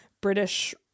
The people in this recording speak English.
British